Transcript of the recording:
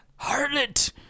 harlot